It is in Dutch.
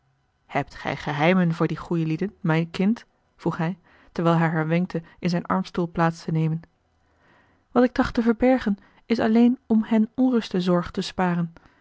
hebt gij geheimen voor die goêlieden mijn kind vroeg hij terwijl hij haar wenkte in zijn armstoel plaats te nemen a l g bosboom-toussaint de delftsche wonderdokter eel at ik tracht te verbergen is alleen om hen onrust en zorg te sparen